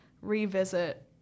revisit